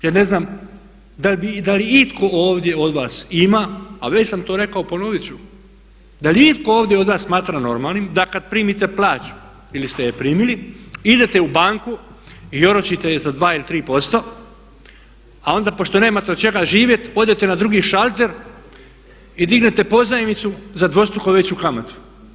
Je ne znam da li itko ovdje od vas ima, a već sam to rekao, ponoviti ću da li itko ovdje od vas smatra normalnim da kada primite plaću ili ste je primili idete u banku i oročite je za 2 ili 3% a onda pošto nemate od čega živjeti odete na drugi šalter i dignete pozajmicu za dvostruko veću kamatu.